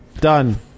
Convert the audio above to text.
done